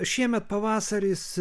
šiemet pavasaris